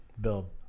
build